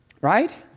Right